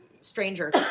stranger